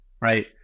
right